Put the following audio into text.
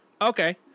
Okay